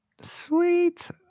Sweet